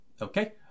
Okay